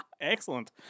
Excellent